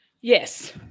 Yes